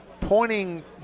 pointing